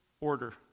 order